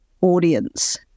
audience